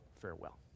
farewell